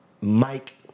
Mike